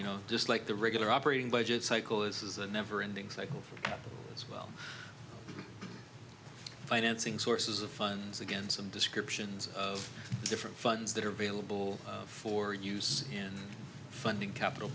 you know just like the regular operating budget cycle is a never ending cycle as well financing sources of funds again some descriptions of different funds that are available for use in funding capital